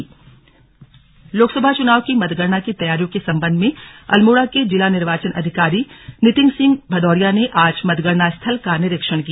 निरीक्षण अल्मोडा लोकसभा चुनाव की मतगणना की तैयारियों के सम्बन्ध में अल्मोड़ा के जिला निर्वाचन अधिकारी नितिन सिंह भदौरिया ने आज मतगणना स्थल निरीक्षण किया